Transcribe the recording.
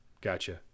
Gotcha